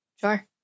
Sure